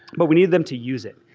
but we need them to use it.